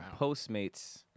Postmates